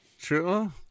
True